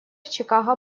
чикаго